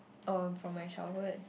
uh from my childhood